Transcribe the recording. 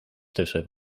tussen